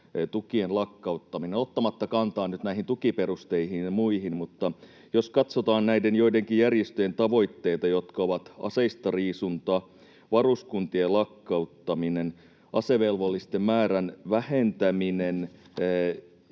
tukien lakkauttaminen. Ottamatta kantaa nyt näihin tukiperusteisiin ja muihin, jos katsotaan näiden joidenkin järjestöjen tavoitteita, jotka ovat aseistariisunta, varuskuntien lakkauttaminen, asevelvollisten määrän vähentäminen